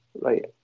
right